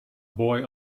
boy